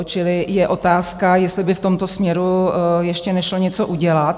Čili je otázka, jestli by v tomto směru ještě nešlo něco udělat?